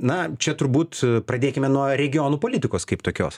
na čia turbūt pradėkime nuo regionų politikos kaip tokios